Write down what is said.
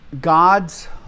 God's